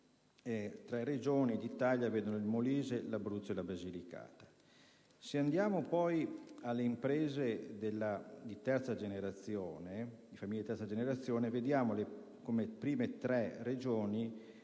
tre Regioni d'Italia sono il Molise, l'Abruzzo e la Basilicata. Se andiamo, poi, alle imprese di famiglia di terza generazione, vediamo come prime tre Regioni,